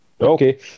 Okay